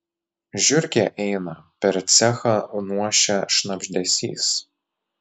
žiurkė eina per cechą nuošia šnabždesys